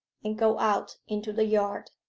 and go out into the yard.